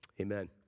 Amen